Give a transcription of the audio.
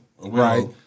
Right